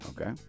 Okay